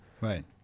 right